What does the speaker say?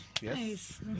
Yes